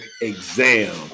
exam